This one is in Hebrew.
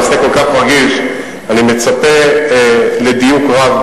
אני אפילו יודע מתי נולדת.